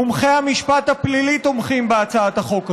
מומחי המשפט הפלילי תומכים בהצעת החוק הזאת.